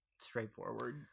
straightforward